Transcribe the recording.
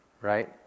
right